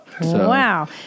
Wow